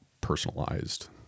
personalized